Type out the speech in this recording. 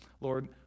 Lord